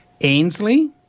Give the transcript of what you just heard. Ainsley